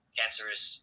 cancerous